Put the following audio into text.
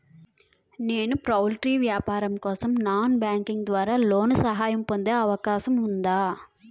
నేను పౌల్ట్రీ వ్యాపారం కోసం నాన్ బ్యాంకింగ్ ద్వారా లోన్ సహాయం పొందే అవకాశం ఉందా?